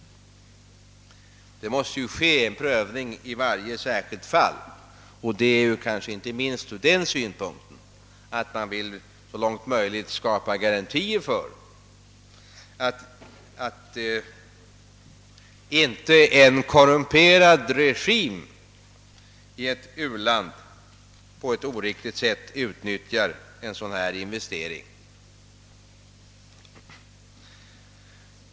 Prövningen bör inte minst ske med hänsyn till att en korrumperad regim i ett u-land kan på ett oriktigt sätt utnyttja en investering.